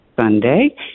Sunday